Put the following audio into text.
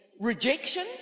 rejection